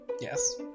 Yes